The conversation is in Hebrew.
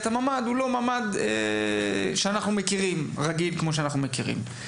הממ"ד הוא לא ממ"ד רגיל כמו שאנחנו מכירים.